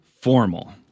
formal